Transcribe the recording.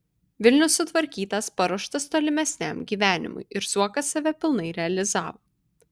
vilnius sutvarkytas paruoštas tolimesniam gyvenimui ir zuokas save pilnai realizavo